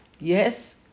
Yes